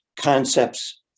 concepts